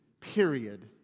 period